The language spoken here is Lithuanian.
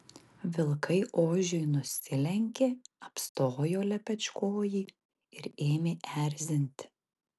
vilkai ožiui nusilenkė apstojo lepečkojį ir ėmė erzinti